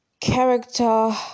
character